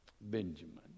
Benjamin